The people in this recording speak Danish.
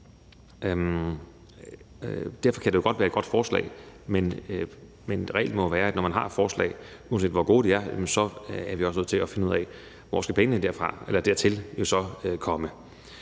Derfor kan det godt være et godt forslag, men reglen må være, at når man har forslag, uanset hvor gode de er, så er vi også nødt til at finde ud af, hvor pengene dertil skal komme